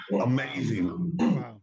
amazing